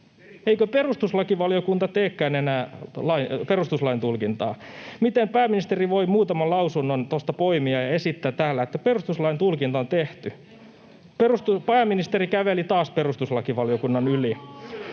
Eikö perustuslakivaliokunta teekään enää perustuslain tulkintaa? Miten pääministeri voi muutaman lausunnon poimia ja esittää täällä, että perustuslain tulkinta on tehty? Pääministeri käveli taas perustuslakivaliokunnan yli.